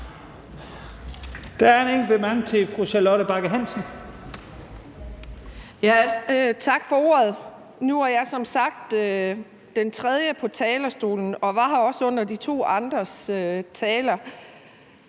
Tak for ordet. Nu er jeg som sagt den tredje på talerstolen, og jeg var her også under de to andres taler,